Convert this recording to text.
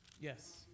Yes